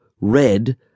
red